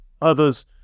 Others